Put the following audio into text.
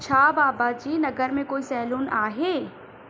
छा बाबाजी नगर में कोई सैलून आहे